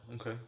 Okay